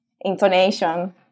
intonation